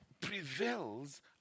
prevails